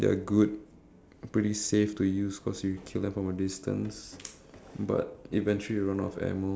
this might sound a bit far fetched but I will try and find armour and helmet that has spikes on it